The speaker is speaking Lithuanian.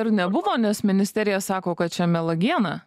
ir nebuvo nes ministerija sako kad čia melagiena